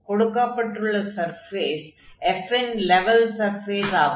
கொடுக்கப்பட்டுள்ள surface f இன் level surface ஆகும்